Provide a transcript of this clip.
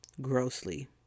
Grossly